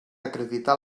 acreditar